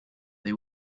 they